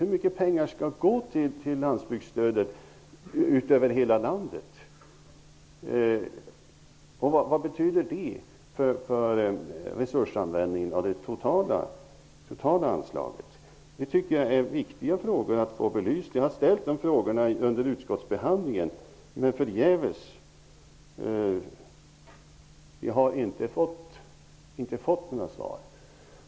Hur mycket pengar skall gå till landsbygdsstödet över hela landet? Vad betyder det för resursanvändningen av det totala anslaget? Jag tycker att dessa frågor är viktiga att belysa. Jag har ställt dessa frågor under utskottsbehandlingen. Men det har varit förgäves. Jag har inte fått några svar.